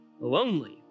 lonely